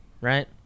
Right